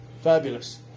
fabulous